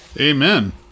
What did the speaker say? Amen